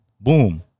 Boom